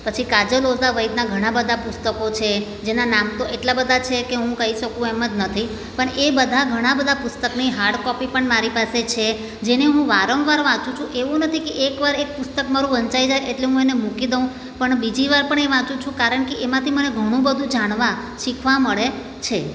પછી કાજલ ઓઝા વૈદનાં ઘણાં બધા પુસ્તકો છે જેનાં નામ તો એટલાં બધાં છે કે હું કહી શકું એમ જ નથી પણ એ બધા ઘણાં બધા પુસ્તકની હાડ કોપી પણ મારી પાસે છે જેને હું વારંવાર વાંચું છું એવું નથી કે એકવાર એક પુસ્તક મારું વંચાઈ જાય એટલે હું એને મૂકી દઉં પણ બીજી વાર પણ એ વાંચું છું કારણ કે એમાંથી મને ઘણું બધું જાણવા શીખવા મળે છે